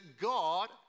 God